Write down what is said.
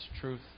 truth